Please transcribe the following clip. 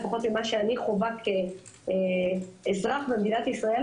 לפחות ממה שאני חווה כאזרחית במדינת ישראל,